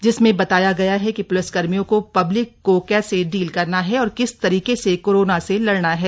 जिसमें बताया गया है कि प्लिसकर्मियों को पब्लिक को कैसे डील करना है और किस तरीके से कोरोना से लड़ना है